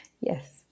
yes